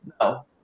No